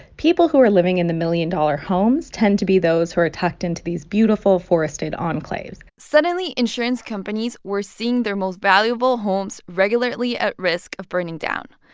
people who are living in the million-dollar homes tend to be those who are tucked into these beautiful, forested enclaves suddenly, insurance companies were seeing their most valuable homes regularly at risk of burning down.